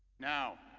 now,